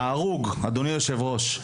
אדוני היושב-ראש,